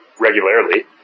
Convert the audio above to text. regularly